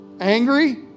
Angry